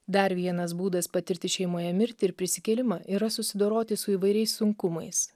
dar vienas būdas patirti šeimoje mirtį ir prisikėlimą yra susidoroti su įvairiais sunkumais